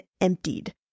emptied